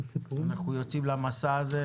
אנחנו יוצאים למסע הזה.